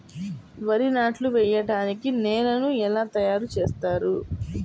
వరి నాట్లు వేయటానికి నేలను ఎలా తయారు చేస్తారు?